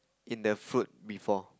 in the fruit before